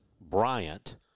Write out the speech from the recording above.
Bryant